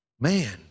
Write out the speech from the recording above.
man